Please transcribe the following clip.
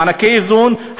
לגבי מענקי האיזון,